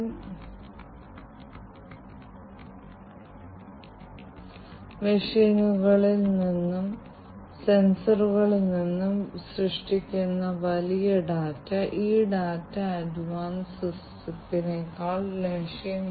അതിനാൽ ഞങ്ങൾ ഡാറ്റ പ്രയോജനപ്പെടുത്തുകയും മുകളിൽ ചില വിപുലമായ അനലിറ്റിക്സ് പ്രവർത്തിപ്പിക്കുകയും ചെയ്യുന്നില്ലെങ്കിൽ ഈ സർവ്വവ്യാപിയായ സെൻസിംഗ് അടിസ്ഥാനപരമായി IIoT സന്ദർഭത്തിൽ ഉപയോഗശൂന്യമാണ്